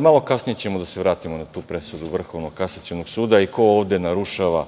Malo kasnije ćemo da se vratimo na tu presudu Vrhovnog kasacionog suda i ko ovde narušava